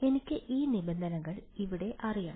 എനിക്ക് ഈ നിബന്ധനകൾ ഇവിടെ അറിയണം